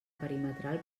perimetral